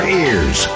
ears